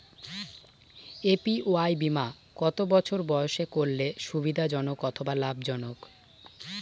APY বীমা কত বছর বয়সে করলে সুবিধা জনক অথবা লাভজনক?